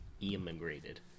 Immigrated